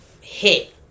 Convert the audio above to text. hit